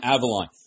Avalon